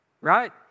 right